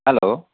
hello